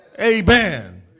Amen